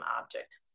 object